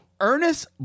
Ernest